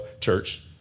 Church